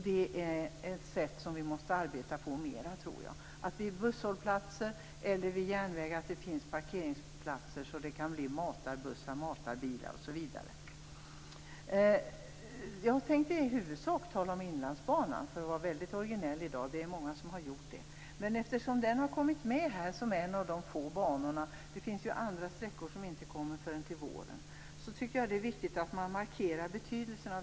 Det är något vi måste ha mer av, tror jag. Vid busshållplatser och järnväg måste det finnas parkeringsplatser, så att det går att åka matarbussar eller ta bilen dit. Jag tänkte i huvudsak tala om Inlandsbanan. Det är redan många som har gjort det, så det är kanske inte så originellt. Eftersom Inlandsbanan har kommit med som en av de få banor som behandlas i betänkandet - det finns ju andra sträckor som inte behandlas förrän till våren - tycker jag att det är viktigt att markera dess betydelse.